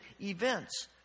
events